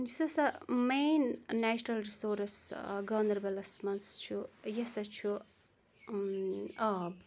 یُس ہَسا مین نیچرل رِسورٕس گاندَربَلَس منٛز چھُ یہِ ہَسا چھُ آب